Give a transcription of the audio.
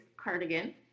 cardigan